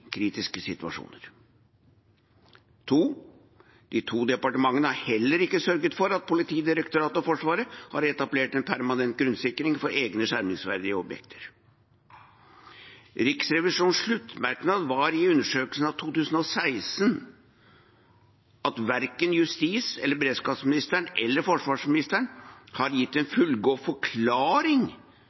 kritiske situasjoner.» Det andre var: «De to departementene har heller ikke sørget for at Politidirektoratet og Forsvaret har etablert en permanent grunnsikring på egne skjermingsverdige objekter.» Riksrevisjonens sluttmerknad var i undersøkelsen av 2016 at verken justis- og beredskapsministeren eller forsvarsministeren har gitt en fullgod forklaring